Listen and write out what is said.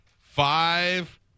Five